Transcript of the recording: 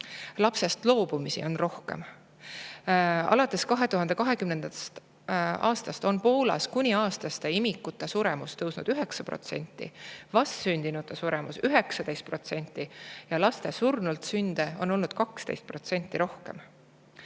lapsest loobumisi on rohkem. Alates 2020. aastast on Poolas kuni aastaste imikute suremus tõusnud 9%, vastsündinute suremus 19% ja laste surnultsünde on olnud 12% rohkem.